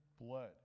blood